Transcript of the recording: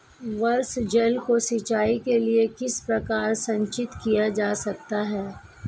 वर्षा जल को सिंचाई के लिए किस प्रकार संचित किया जा सकता है?